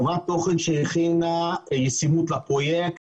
חברת תוכן שהכינה ישימות לפרויקט